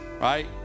right